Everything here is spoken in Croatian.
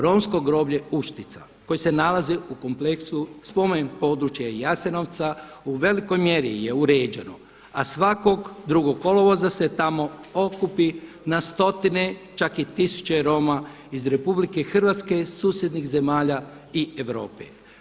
Romsko groblje Uštica koje se nalazi u kompleksu Spomen područja Jasenovca u velikoj mjeri je uređeno, a svakog drugog kolovoza se tamo okupi na stotine, čak i tisuće Roma iz RH, susjednih zemalja i Europe.